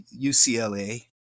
ucla